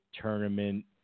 tournament